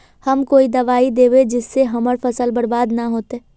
हम कौन दबाइ दैबे जिससे हमर फसल बर्बाद न होते?